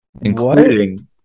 including